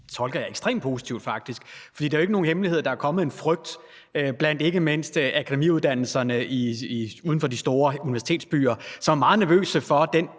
Det tolker jeg faktisk ekstremt positivt, for det er jo ikke nogen hemmelighed, at der er kommet en frygt blandt ikke mindst akademiuddannelserne uden for de store universitetsbyer, som er meget nervøse for,